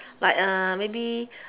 like uh maybe